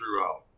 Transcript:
throughout